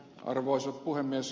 arvoisa puhemies